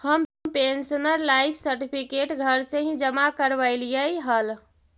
हम pensioner life certificate घर से ही जमा करवइलिअइ हल